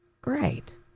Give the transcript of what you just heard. Great